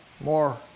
more